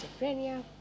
schizophrenia